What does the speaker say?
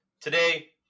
today